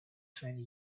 twenty